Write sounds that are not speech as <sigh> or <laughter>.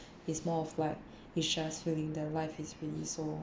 is more of like <breath> it's just feeling that life is really so